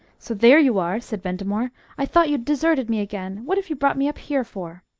so there you are! said ventimore i thought you'd deserted me again. what have you brought me up here for?